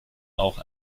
auch